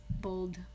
Bold